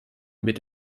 mit